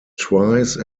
twice